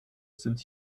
sind